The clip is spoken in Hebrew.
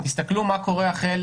תסתכלו מה קורה החל